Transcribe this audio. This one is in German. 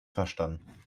verstanden